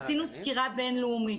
עשינו סקירה בין-לאומית.